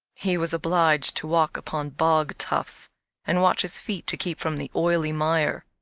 he was obliged to walk upon bog tufts and watch his feet to keep from the oily mire.